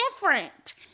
different